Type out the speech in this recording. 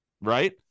right